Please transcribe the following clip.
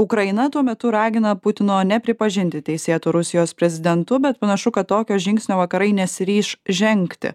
ukraina tuo metu ragina putino nepripažinti teisėtu rusijos prezidentu bet panašu kad tokio žingsnio vakarai nesiryš žengti